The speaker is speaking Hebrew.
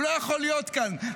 הוא לא יכול להיות כאן,